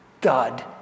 dud